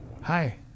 hi